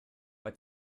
bei